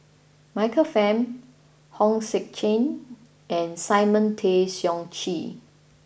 Michael Fam Hong Sek Chern and Simon Tay Seong Chee